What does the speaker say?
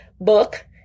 book